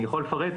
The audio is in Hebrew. אני יכול לפרט,